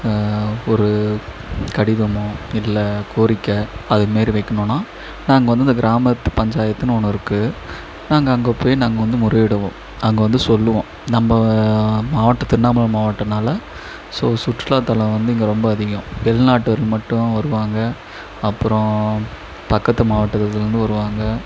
ஒரு கடிதமோ இல்லை கோரிக்கை அதுமாரி வெக்கணுன்னா நாங்கள் வந்து இந்த கிராமத்து பஞ்சாயத்துனு ஒன்றுருக்கு நாங்கள் அங்கே போய் நாங்கள் வந்து முறையிடுவோம் அங்கே வந்து சொல்லுவோம் நம்ப மாவட்டம் திருவண்ணாமலை மாவட்டம்னால ஸோ சுற்றுலாத்தலம் வந்து இங்க ரொம்ப அதிகம் வெளிநாட்டவர் மட்டும் வருவாங்க அப்புறோம் பக்கத்து மாவட்டத்துலிருந்து வருவாங்க